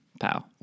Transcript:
Pow